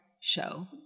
show